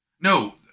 No